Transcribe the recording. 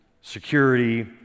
security